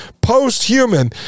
Post-human